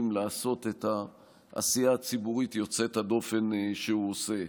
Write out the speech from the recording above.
לעשות את העשייה הציבורית יוצאת הדופן שהוא עושה.